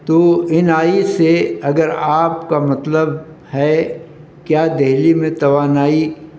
تو ان آئی سے اگر آپ کا مطلب ہے کیا دہلی میں توانائی